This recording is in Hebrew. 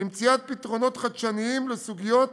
למציאת פתרונות חדשניים לסוגיות